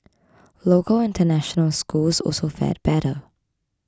local international schools also fared better